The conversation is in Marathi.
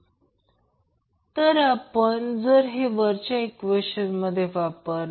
तर हे पद असे लिहिले आहे म्हणून ते √ 3 VL I L cos आहे